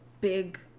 big